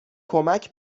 کمک